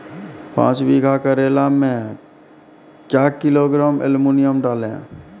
पाँच बीघा करेला मे क्या किलोग्राम एलमुनियम डालें?